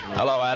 hello